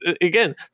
again